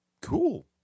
cool